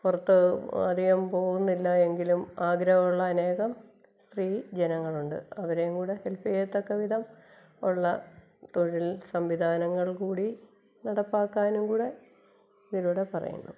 പുറത്ത് അധികം പോകുന്നില്ലാ എങ്കിലും ആഗ്രഹമുള്ള അനേകം സ്ത്രീ ജനങ്ങളുണ്ട് അവരെയും കൂടി ഹെൽപ്പ് ചെയ്യത്തക്കവിധം ഉള്ള തൊഴിൽ സംവിധാനങ്ങൾ കൂടി നടപ്പാക്കാനുള്ള ഇതിലൂടെ പറയുന്നു